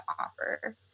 offer